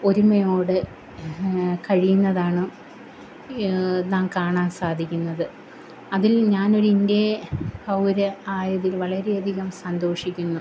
ഒരുമയോടെ കഴിയുന്നതാണ് നാം കാണാന് സാധിക്കുന്നത് അതില് ഞാൻ ഒരു ഇന്ത്യയെ പൗര ആയതില് വളരെയധികം സന്തോഷിക്കുന്നു